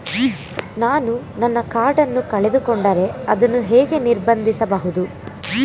ನಾನು ನನ್ನ ಕಾರ್ಡ್ ಅನ್ನು ಕಳೆದುಕೊಂಡರೆ ಅದನ್ನು ಹೇಗೆ ನಿರ್ಬಂಧಿಸಬಹುದು?